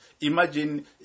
Imagine